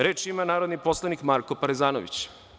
Reč ima narodni poslanik Marko Parezanović.